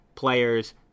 Players